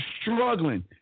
struggling